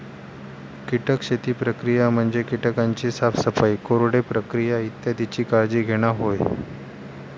कीटक शेती प्रक्रिया म्हणजे कीटकांची साफसफाई, कोरडे प्रक्रिया इत्यादीची काळजी घेणा होय